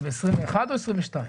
זה ב-2021 או ב-2022?